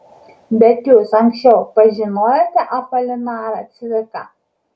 bet jūs anksčiau pažinojote apolinarą cviką